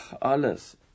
alles